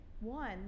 one